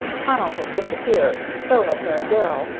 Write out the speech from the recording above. connell had disappeared, and so had mary darrell,